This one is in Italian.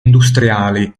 industriali